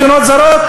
רק מדינות זרות.